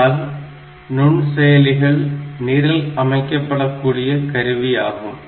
ஆனால் நுண்செயலிகள் நிரல் அமைக்கப்பட கூடிய கருவியாகும்